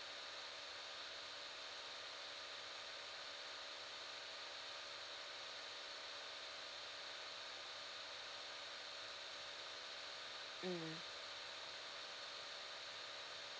mm